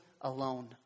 alone